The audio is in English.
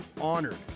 honored